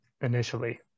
initially